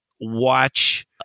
watch